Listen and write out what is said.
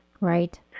Right